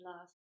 last